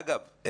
אגב,